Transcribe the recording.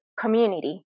community